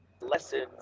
lessons